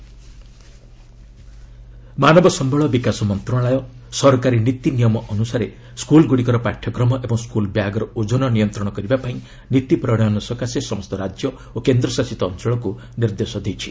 HRD schools ମାନବ ସମ୍ଭଳ ବିକାଶ ମନ୍ତ୍ରଣାଳୟ ସରକାରୀ ନୀତି ନିୟମ ଅନୁସାରେ ସ୍କୁଲ୍ଗୁଡ଼ିକର ପାଠ୍ୟକ୍ରମ ଓ ସ୍କୁଲ୍ ବ୍ୟାଗ୍ର ଓଜନ ନିୟନ୍ତ୍ରଣ କରିବାପାଇଁ ନୀତି ପ୍ରଣୟନ ସକାଶେ ସମସ୍ତ ରାଜ୍ୟ ଓ କେନ୍ଦ୍ରଶାସିତ ଅଞ୍ଚଳକୁ ନିର୍ଦ୍ଦେଶ ଦେଇଛି